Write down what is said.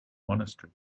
monastery